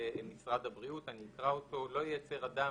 משרד הבריאות ואני אקרא אותו: "(ד)לא ייצר אדם,